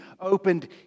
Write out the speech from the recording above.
opened